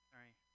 Sorry